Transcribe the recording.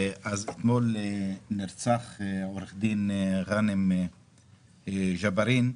אתמול נרצח עורך דין גאנם ג'בארין,